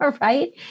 right